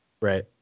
Right